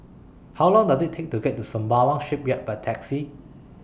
How Long Does IT Take to get to Sembawang Shipyard By Taxi